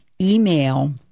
Email